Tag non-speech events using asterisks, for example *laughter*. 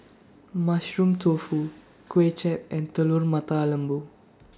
*noise* Mushroom Tofu Kuay Chap and Telur Mata Lembu *noise*